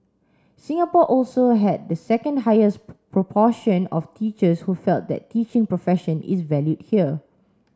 Singapore also had the second highest proportion of teachers who felt that the teaching profession is valued here